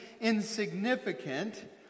insignificant